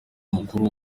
mukuru